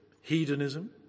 hedonism